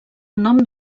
nom